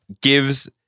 gives